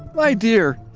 my dear,